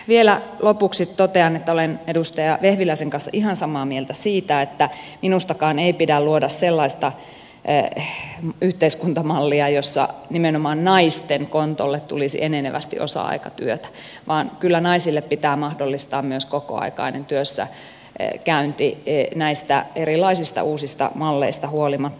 vielä lopuksi totean että olen edustaja vehviläisen kanssa ihan samaa mieltä siitä että minustakaan ei pidä luoda sellaista yhteiskuntamallia jossa nimenomaan naisten kontolle tulisi enenevästi osa aikatyötä vaan kyllä naisille pitää mahdollistaa myös kokoaikainen työssäkäynti näistä erilaisista uusista malleista huolimatta